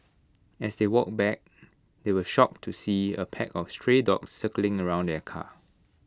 as they walked back they were shocked to see A pack of stray dogs circling around their car